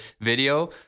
video